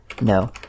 no